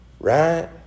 Right